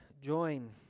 join